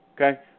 Okay